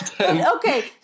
Okay